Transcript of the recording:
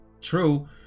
true